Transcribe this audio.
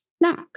knock